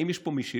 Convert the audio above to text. האם יש פה משילות?